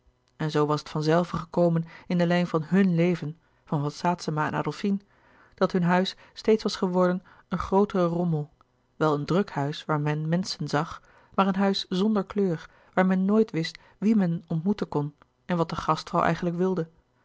en zoo was het van zelve gekomen in de lijn van h u n leven van van saetzema en adolfine dat hun huis steeds was geworden een grootere rommel wel een louis couperus de boeken der kleine zielen druk huis waar men menschen zag maar een huis zonder kleur waar men nooit wist wie men ontmoeten kon en wat de gastvrouw eigenlijk wilde